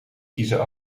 kiezen